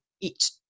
eat